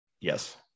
Yes